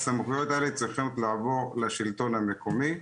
הסמכויות האלה צריכות לעבור לשלטון המקומי.